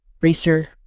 Racer